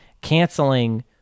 canceling